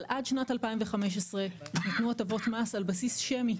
אבל עד שנת 2015 ניתנו הטבות מס על בסיס שמי,